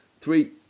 three